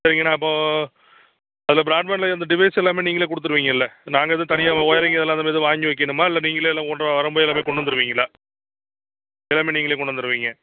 சரிங்க நான் இப்போது அதில் ப்ராட்பேண்டில் இருந்த டிவைஸ் எல்லாமே நீங்களே கொடுத்துருவீங்கல்ல நாங்கள் எதுவும் தனியாக ஒயரிங் இதெல்லாம் இந்த மாதிரி எதுவும் வாங்கி வெக்கணும்மா இல்லை நீங்களே எல்லாம் ஒன்றா வரும் போது எல்லாமே கொண்டு வந்துடுவீங்களா எல்லாமே நீங்களே கொண்டு வந்துடுவீங்க